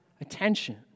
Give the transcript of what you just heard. attention